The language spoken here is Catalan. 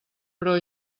però